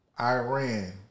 Iran